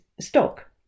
stock